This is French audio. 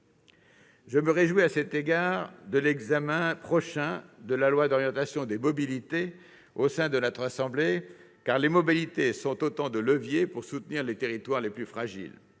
Je me réjouis, à cet égard, de l'examen prochain du projet de loi d'orientation des mobilités par notre assemblée, car les mobilités sont autant de leviers pour soutenir les territoires les plus fragiles.